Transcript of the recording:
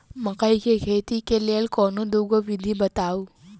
मकई केँ खेती केँ लेल कोनो दुगो विधि बताऊ?